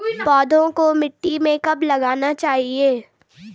पौधों को मिट्टी में कब लगाना चाहिए?